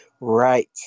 right